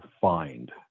find